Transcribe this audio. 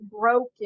broken